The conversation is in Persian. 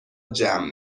جمع